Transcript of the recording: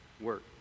work